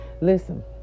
listen